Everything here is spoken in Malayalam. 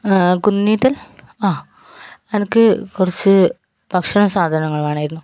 ആഹ് എനിക്ക് കുറച്ച് ഭക്ഷണ സാധനങ്ങൾ വേണമായിരുന്നു